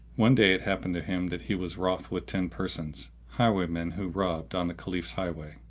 one day it happened to him that he was wroth with ten persons, highwaymen who robbed on the caliph's highway,